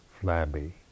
flabby